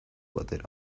batera